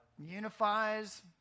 unifies